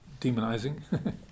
demonizing